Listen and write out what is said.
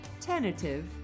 tentative